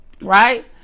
right